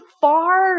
far